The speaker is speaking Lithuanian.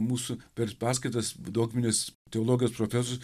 mūsų per paskaitas dogminės teologijos profesorius